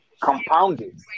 compounded